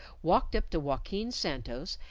walked up to joaquin santos,